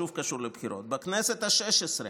שוב קשור לבחירות, בכנסת השש-עשרה,